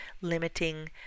limiting